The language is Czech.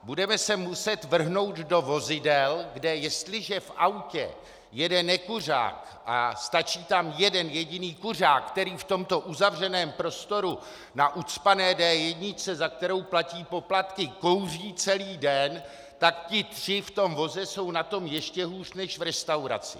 Budeme se muset vrhnout do vozidel, kde jestliže v autě jede nekuřák a stačí tam jeden jediný kuřák, který v tomto uzavřeném prostoru na ucpané D1, za kterou platí poplatky, kouří celý den, tak ti tři v tom voze jsou na tom ještě hůř než v restauraci.